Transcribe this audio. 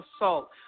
assault